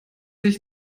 ich